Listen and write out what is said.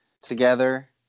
together